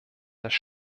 dass